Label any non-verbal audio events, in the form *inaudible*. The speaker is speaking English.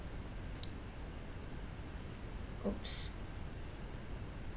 *noise* !oops!